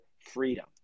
freedom